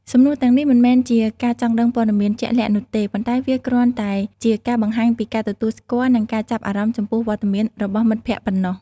សំណួរទាំងនេះមិនមែនជាការចង់ដឹងព័ត៌មានជាក់លាក់នោះទេ ប៉ុន្តែវាគ្រាន់តែជាការបង្ហាញពីការទទួលស្គាល់និងការចាប់អារម្មណ៍ចំពោះវត្តមានរបស់មិត្តភក្តិប៉ុណ្ណោះ។